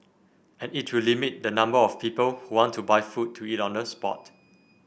and it will limit the number of people who want to buy food to eat on the spot